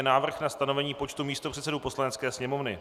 Návrh na stanovení počtu místopředsedů Poslanecké sněmovny